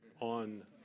on